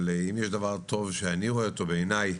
אבל אם יש דבר טוב שאני רואה אותו בעיניי